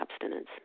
abstinence